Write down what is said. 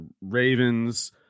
Ravens